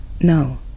no